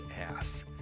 ass